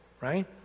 right